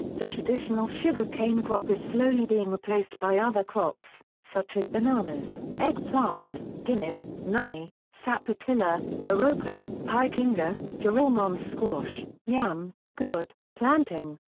the traditional sugar cane crop is slowly being replaced by other crops, such as bananas, eggplant, guinnep, noni, sapotilla, paroka, pikinga, giraumon squash, yam, gourd, plantain,